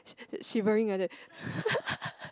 shi~ shivering like that